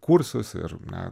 kursus ir na